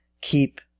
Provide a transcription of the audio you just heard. keep